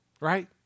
Right